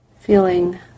feeling